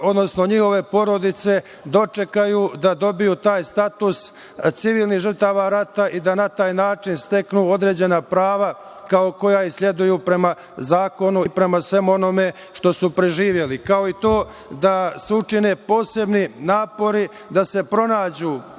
odnosno njihove porodice dočekaju da dobiju taj status civilnih žrtava rata i da na taj način steknu određena prava koja im sleduju prema zakonu i prema svemu onome što su preživeli. Kao i to da se učine posebni napori da se pronađu